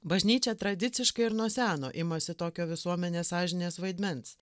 bažnyčia tradiciškai ir nuo seno imasi tokio visuomenės sąžinės vaidmens